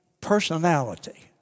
personality